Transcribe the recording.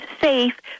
safe